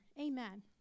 Amen